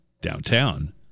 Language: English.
downtown